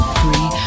free